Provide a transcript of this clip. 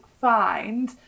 find